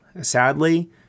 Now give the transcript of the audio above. sadly